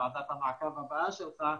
ועדת המעקב הבאה שלך,